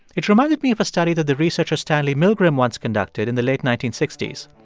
it reminded me of a study that the researcher stanley milgram once conducted in the late nineteen sixty s.